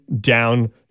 down